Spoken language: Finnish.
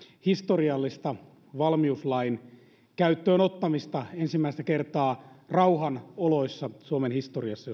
historiallista valmiuslain käyttöönottamista ensimmäistä kertaa rauhan oloissa suomen historiassa